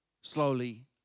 slowly